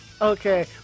Okay